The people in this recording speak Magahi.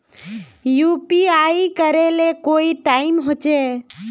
यु.पी.आई करे ले कोई टाइम होचे?